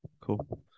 cool